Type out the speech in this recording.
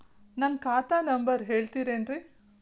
ನನ್ನ ಖಾತಾ ನಂಬರ್ ಹೇಳ್ತಿರೇನ್ರಿ?